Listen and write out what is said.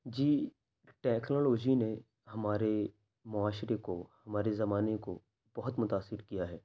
جی technology نے ہمارے معاشرے کو ہمارے زمانے کو بہت متاثر کیا ہے